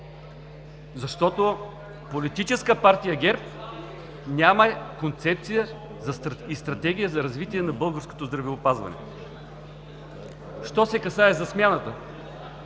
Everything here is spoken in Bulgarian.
Защото Политическа партия ГЕРБ няма концепция и стратегия за развитие на българското здравеопазване. Що се касае за смяната